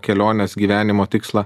kelionės gyvenimo tikslą